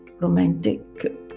romantic